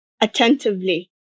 attentively